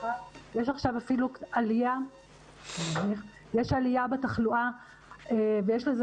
יש עכשיו אפילו עלייה בתחלואה ויש לזה